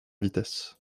vitesse